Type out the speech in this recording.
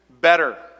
better